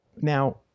Now